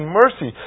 mercy